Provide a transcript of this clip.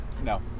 No